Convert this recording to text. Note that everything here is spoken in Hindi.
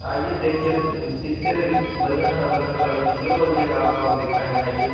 आइए देखिए इससे भी बढ़िया से बढ़िया क्वालिटी जो बोलिएगा आपको हम दिखाएँगे आइए